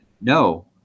no